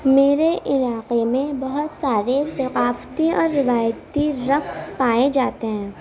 میرے علاقے میں بہت سارے ثقافتی اور روایتی رقص پائے جاتے ہیں